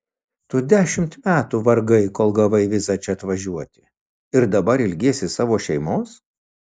tu dešimt metų vargai kol gavai vizą čia atvažiuoti ir dabar ilgiesi savo šeimos